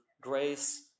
grace